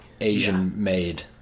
Asian-made